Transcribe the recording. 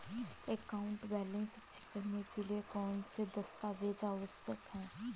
Account balance check करने के लिए कौनसे दस्तावेज़ आवश्यक हैं?